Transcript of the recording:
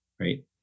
Right